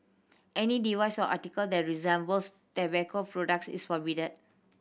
any device or article that resembles tobacco products is prohibited